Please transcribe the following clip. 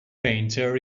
painter